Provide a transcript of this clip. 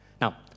Now